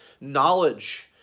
knowledge